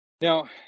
now